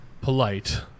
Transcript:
polite